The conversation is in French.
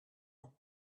ans